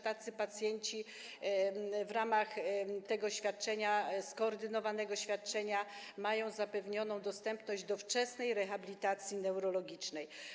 Tacy pacjenci, w ramach skoordynowanego świadczenia, mają zapewnioną dostępność do wczesnej rehabilitacji neurologicznej.